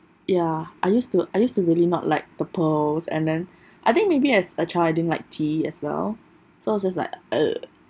ya I used to I used to really not like the pearls and then I think maybe as a child I didn't like tea as well so it's just like ugh